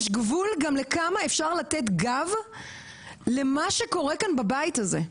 יש גבול גם לכמה אפשר לתת גב למה שקורה כאן בבית הזה.